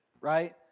right